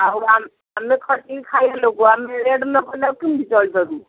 ଆଉ ଆମେ ଖଟିକି ଖାଇବା ଲୋକ ଆଉ ଆମେ ରେଟ୍ ନକଲେ କେମତି ଚଳି ପାରିବୁ